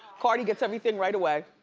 cardi gets everything right away.